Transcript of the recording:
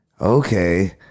Okay